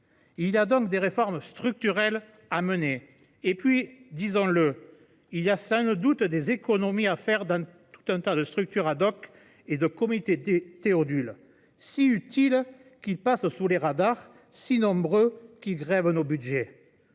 Il y a donc des réformes structurelles à mener. Par ailleurs, disons le, il y a sans nul doute des économies à faire dans tout un tas de structures et de comités Théodule, si utiles qu’ils passent sous les radars, si nombreux qu’ils grèvent nos budgets.